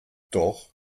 doch